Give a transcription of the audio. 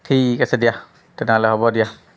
ঠিক আছে দিয়া তেনেহ'লে হ'ব দিয়া